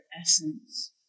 essence